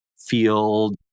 field